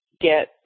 get